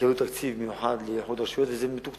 יקבלו תקציב מיוחד לאיחוד רשויות, וזה מתוקצב,